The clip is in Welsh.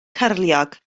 cyrliog